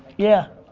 yeah.